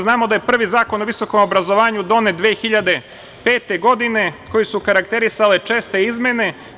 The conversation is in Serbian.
Znamo da je prvi Zakon o visokom obrazovanju donet 2005. godine, koji su karakterisale česte izmene.